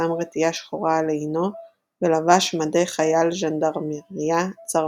שם רטייה שחורה על עינו ולבש מדי חייל ז'נדרמריה צרפתי.